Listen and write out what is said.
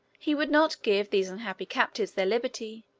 he would not give these unhappy captives their liberty,